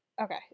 okay